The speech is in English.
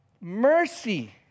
mercy